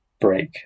break